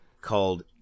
called